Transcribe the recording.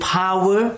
power